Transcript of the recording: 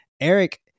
Eric